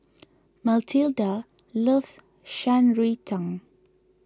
Matilda loves Shan Rui Tang